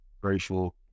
grateful